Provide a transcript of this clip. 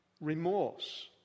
remorse